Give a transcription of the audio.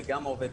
וגם העובד,